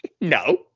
No